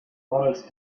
models